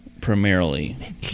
primarily